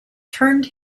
turned